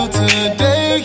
today